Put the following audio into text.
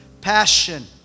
passion